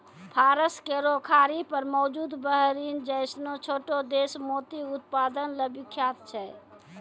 फारस केरो खाड़ी पर मौजूद बहरीन जैसनो छोटो देश मोती उत्पादन ल विख्यात छै